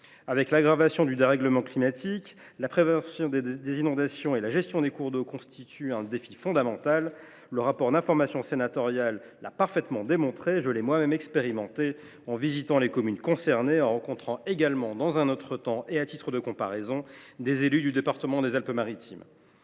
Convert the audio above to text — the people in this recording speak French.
Avec l’aggravation du dérèglement climatique, la prévention des inondations et la gestion des cours d’eau constituent un défi fondamental. Le rapport sénatorial d’information l’a parfaitement démontré et je l’ai moi même expérimenté en visitant les communes concernées et en rencontrant également, à une autre période et à titre de comparaison, des élus du département des Alpes Maritimes.